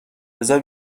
بزار